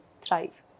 thrive